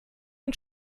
und